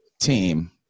team